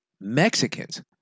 Mexicans